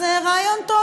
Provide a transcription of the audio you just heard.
זה רעיון טוב.